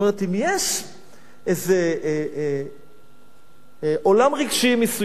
אם יש איזה עולם רגשי מסוים,